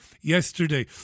yesterday